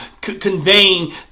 conveying